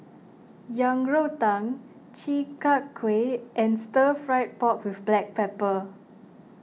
Yang Rou Tang Chi Kak Kuih and Stir Fried Pork with Black Pepper